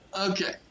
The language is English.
Okay